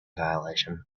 violation